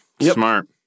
Smart